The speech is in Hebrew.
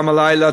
גם הלילה,